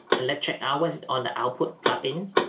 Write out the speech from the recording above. electric hours on the output plugins